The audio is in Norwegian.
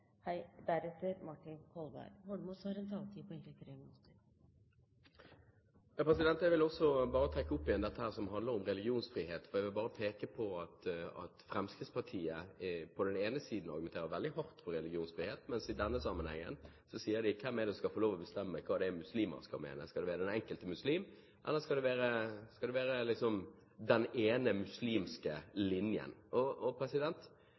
Jeg vil trekke fram igjen dette som handler om religionsfrihet. Jeg vil bare peke på at Fremskrittspartiet på den ene siden argumenter veldig hardt for religionsfrihet, mens de i denne sammenhengen sier: Hvem er det som skal få lov til å bestemme hva muslimer skal mene? Skal det være den enkelte muslim, eller skal det være liksom den ene muslimske linjen? Det er bare å gå ned og se på grunnlovsfedrene her nede – det er dessverre bare fedre og